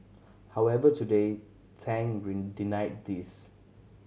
however today Tang denied these